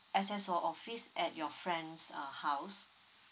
S_S_O office at your friends uh house